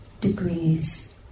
degrees